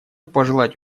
пожелать